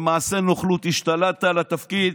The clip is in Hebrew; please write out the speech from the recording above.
במעשה נוכלות השתלטת על התפקיד.